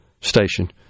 station